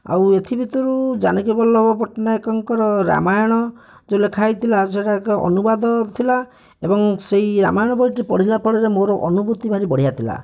ଆଉ ଏଥି ଭିତରୁ ଜାନକୀବଲ୍ଲଭ ପଟ୍ଟନାୟକଙ୍କର ରାମାୟଣ ଯୋଉ ଲେଖା ହେଇଥିଲା ସେଟା ଏକ ଅନୁବାଦ ଥିଲା ଏବଂ ସେଇ ରାମାୟଣ ବହିଟି ପଢ଼ିଲା ଫଳରେ ମୋର ଅନୁଭୂତି ଭାରି ବଢ଼ିଆ ଥିଲା